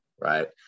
Right